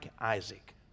isaac